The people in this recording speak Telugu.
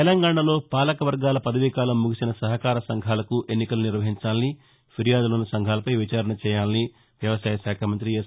తెలంగాణలో పాలకవర్గాల పదవీకాలం ముగిసిన సహకార సంఘాలకు ఎన్నికలు నిర్వహించాలని ఫిర్యాదులున్న సంఘాలపై విచారణ చేయాలని వ్యవసాయ శాఖ మంత్రి ఎస్